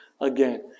again